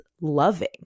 loving